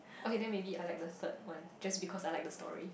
okay then maybe I like the third one just because I like the story